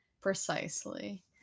Precisely